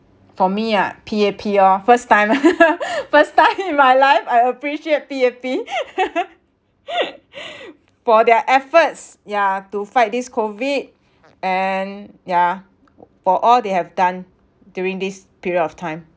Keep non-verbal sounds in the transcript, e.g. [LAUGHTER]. for me ah P_A_P orh first time [LAUGHS] first time in my life I appreciate P_A_P [LAUGHS] for their efforts yeah to fight this COVID and yeah for all they have done during this period of time